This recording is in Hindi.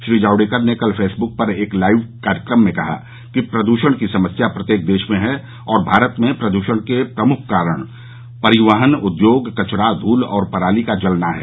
श्री जावडेकर ने कल फेसब्क पर एक लाइव कार्यक्रम में कहा कि प्रद्षण की समस्या प्रत्येक देश में है और भारत में प्रदूषण के प्रमुख कारण परिवहन उद्योग कचरा प्रबंधन धूल और पराली का जलना है